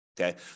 Okay